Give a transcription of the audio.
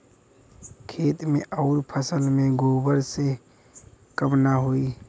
खेत मे अउर फसल मे गोबर से कम ना होई?